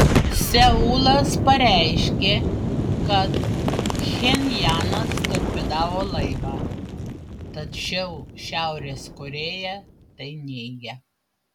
seulas pareiškė kad pchenjanas torpedavo laivą tačiau šiaurės korėja tai neigia